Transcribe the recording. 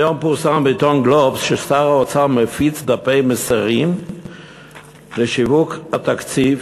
היום פורסם בעיתון "גלובס" ששר האוצר מפיץ דפי מסרים לשיווק התקציב,